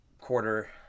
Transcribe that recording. quarter